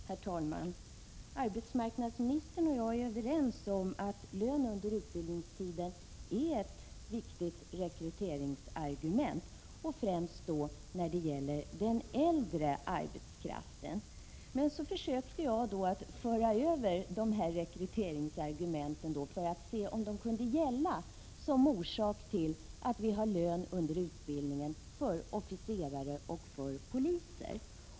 Herr talman! Arbetsmarknadsministern och jag är överens om att lön under utbildningstiden är ett viktigt rekryteringsargument, främst när det gäller den äldre arbetskraften. Jag försökte föra över diskussionen till att se om dessa rekryteringsargument kunde motivera att vi betalar lön under utbildningstiden när det gäller officerare och poliser.